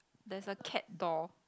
there's a cat door